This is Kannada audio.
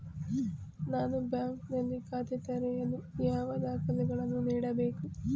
ನಾನು ಬ್ಯಾಂಕ್ ನಲ್ಲಿ ಖಾತೆ ತೆರೆಯಲು ಯಾವ ದಾಖಲೆಗಳನ್ನು ನೀಡಬೇಕು?